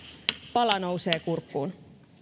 pala nousee kurkkuun